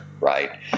right